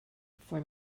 for